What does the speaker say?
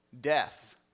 death